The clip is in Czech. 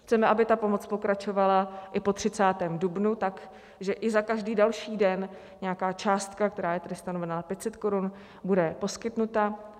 Chceme, aby ta pomoc pokračovala i po 30. dubnu tak, že i za každý další den nějaká částka, která je tedy stanovena 500 korun, bude poskytnuta.